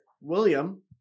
William